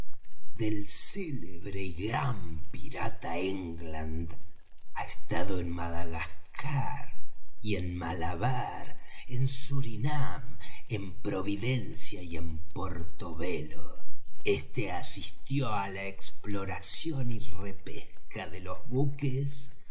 del célebre y gran pirata england ha estado en madagascar y en malabar en surinam en providencia y en porto bello este asistió á la exploración y repesca de los buques